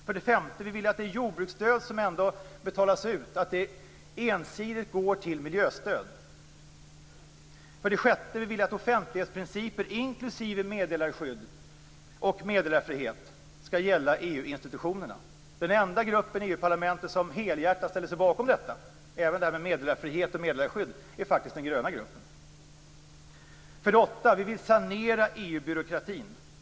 För det femte: Vi vill att det jordbruksstöd som ändå betalas ut ensidigt går till miljöstöd. För det sjätte: Vi vill att offentlighetsprinciper inklusive meddelarskydd och meddelarfrihet skall gälla i EU-institutionerna. Den enda gruppen i EU parlamentet som helhjärtat ställer sig bakom detta, även detta med meddelarfrihet och meddelarskydd, är faktiskt den gröna gruppen. För det sjunde: Vi vill sanera EU-byråkratin.